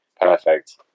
perfect